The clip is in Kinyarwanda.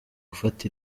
gufata